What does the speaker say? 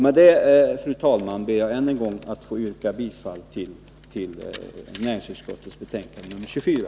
Med detta, fru talman, ber jag än en gång att få yrka bifall till näringsutskottets hemställan i betänkandet nr 24.